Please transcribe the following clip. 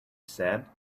said